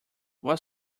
what